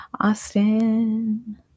Austin